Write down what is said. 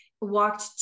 walked